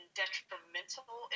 detrimental